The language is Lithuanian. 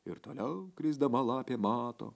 ir toliau krisdama lapė mato